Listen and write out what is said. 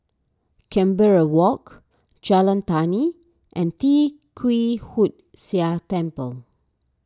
Canberra Walk Jalan Tani and Tee Kwee Hood Sia Temple